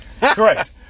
Correct